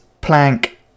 plank